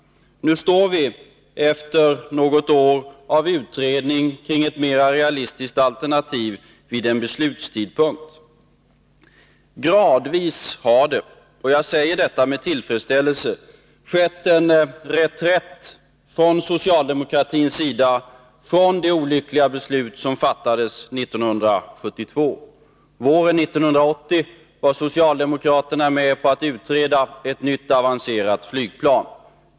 Nu står vi efter något år av utredning kring ett mer realistiskt alternativ vid en beslutstidpunkt. Gradvis har det från socialdemokratins sida — jag säger detta med tillfredsställelse — skett en reträtt från det olyckliga beslut som fattades 1972. Våren 1980 var socialdemokraterna med på att utreda ett nytt, avancerat flygplan.